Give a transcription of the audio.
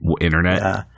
internet